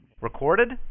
Recorded